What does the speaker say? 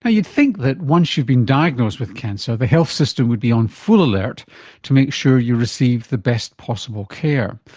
ah you'd think that once you've been diagnosed with cancer, the health system would be on full alert to make sure you receive the best possible care.